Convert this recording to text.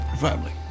Family